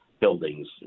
buildings